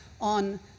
on